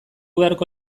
beharko